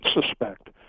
suspect